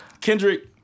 kendrick